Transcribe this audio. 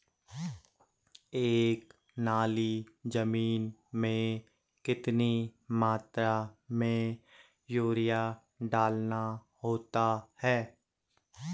एक नाली जमीन में कितनी मात्रा में यूरिया डालना होता है?